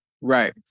right